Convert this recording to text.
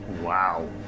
Wow